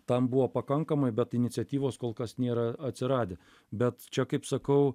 tam buvo pakankamai bet iniciatyvos kol kas nėra atsiradę bet čia kaip sakau